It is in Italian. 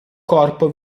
corpo